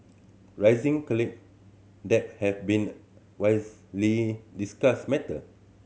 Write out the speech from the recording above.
rising college debt have been widely discussed matter